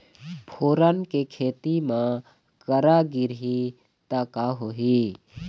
फोरन के खेती म करा गिरही त का होही?